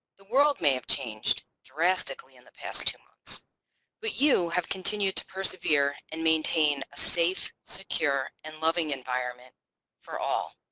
the world may have changed drastically in the past two months but you have continued to persevere and maintain a safe, secure, and loving environment for all.